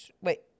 Wait